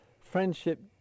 friendship